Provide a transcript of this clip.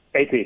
AP